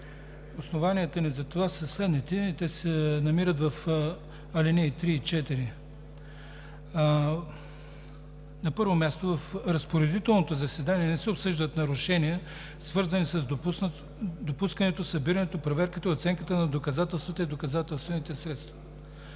Основанията ни за това са следните и те се намират в алинеи 3 и 4. На първо място, в разпоредителното заседание не се обсъждат нарушения, свързани с допускането, събирането, проверката и оценката на доказателствата и доказателствените средства,